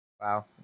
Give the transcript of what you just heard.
Wow